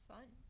Fun